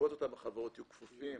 שמספקות החברות יהיו כפופים